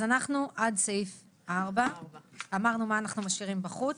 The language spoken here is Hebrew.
אז אנחנו עד סעיף 4. אמרנו מה אנחנו משאירים בחוץ.